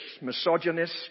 misogynist